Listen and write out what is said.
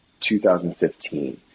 2015